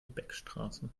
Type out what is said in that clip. beckstraße